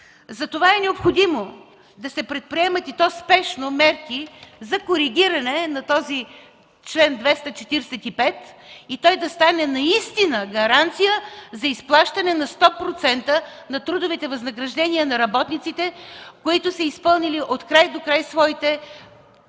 Затова е необходимо да се предприемат, и то спешно мерки за коригиране на този чл. 245 и той да стане наистина гаранция за изплащане на 100% на трудовите възнаграждения на работниците, които са изпълнили от край до край своите